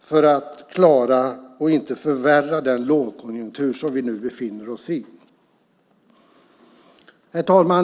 för att klara och inte förvärra den lågkonjunktur som vi nu befinner oss i. Herr talman!